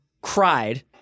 cried